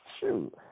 shoot